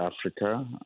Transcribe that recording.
Africa